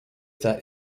that